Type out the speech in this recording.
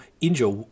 injure